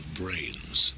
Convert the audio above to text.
brains